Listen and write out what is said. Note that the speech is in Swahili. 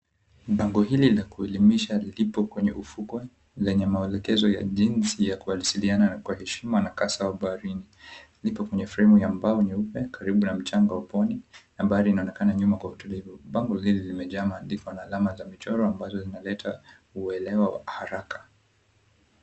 Bango hili la kuelimisha lipo kwenye ufukwe lenye maelekezo ya jinsi ya kuwasiliana na kwa heshima na kasa wa baharini. Lipo kwenye fremu ya mbao nyeupe karibu na mchango wa pwani, nambari inaonekana nyuma kwa utulivu. Bango hili limejaa maandiko na alama za michoro ambazo zinaleta uelewa wa haraka.